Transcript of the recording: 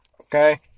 okay